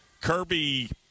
kirby